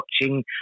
watching